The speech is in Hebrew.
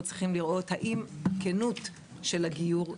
צריכים לראות האם כנות של הגיור --- לא,